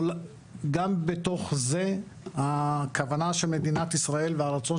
גם בתוך זה הכוונה של מדינת ישראל והרצון